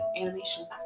animation